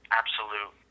absolute